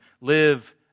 live